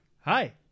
Hi